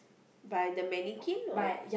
by the mannequin or